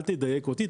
אל תדייק אותי,